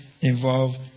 involved